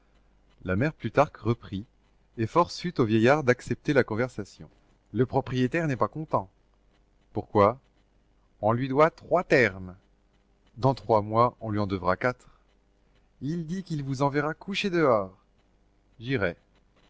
la mère plutarque reprit et force fut au vieillard d'accepter la conversation le propriétaire n'est pas content pourquoi on lui doit trois termes dans trois mois on lui en devra quatre il dit qu'il vous enverra coucher dehors j'irai